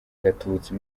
gatutsi